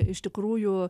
iš tikrųjų